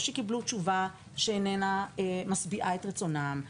או שקיבלו תשובה שאיננה משביעה את רצונם,